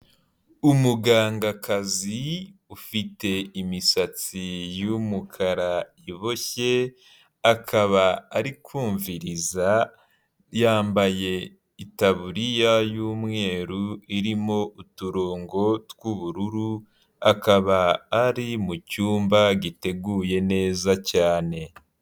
Umugangakazi ufite imisatsi yumukara iboshye akaba ari kumviriza yambaye itaburiya yumweru irimo uturongo tw'ubururu akaba ari mu cyumba giteguye neza cyane.